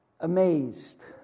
amazed